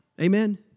Amen